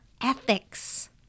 ethics